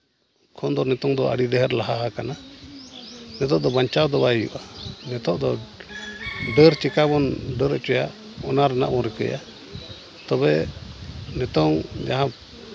ᱠᱷᱚᱱ ᱱᱤᱛᱚᱝ ᱫᱚ ᱟᱹᱰᱤ ᱰᱷᱮᱨ ᱞᱟᱦᱟ ᱟᱠᱟᱱᱟ ᱱᱤᱛᱚᱜ ᱫᱚ ᱵᱟᱧᱪᱟᱣ ᱫᱚ ᱵᱟᱭ ᱦᱩᱭᱩᱜᱼᱟ ᱱᱤᱛᱚᱜ ᱫᱚ ᱰᱟᱹᱨ ᱪᱤᱠᱟᱵᱚ ᱰᱟᱹᱨ ᱦᱚᱪᱚᱭᱟ ᱚᱱᱟ ᱨᱮᱱᱟᱜ ᱵᱚ ᱨᱤᱠᱟᱹᱭᱟ ᱛᱚᱵᱮ ᱱᱤᱛᱚᱝ ᱡᱟᱦᱟᱸ